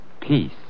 peace